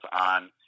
on